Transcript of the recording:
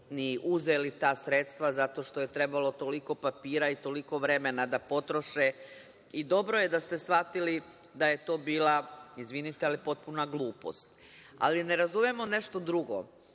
ni uzeli ta sredstva zato što je trebalo toliko papira i toliko vremena da potroše i dobro je da ste shvatili da je to bila, izvinite, ali potpuna glupost. Ali, ne razumemo nešto drugo.